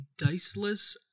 diceless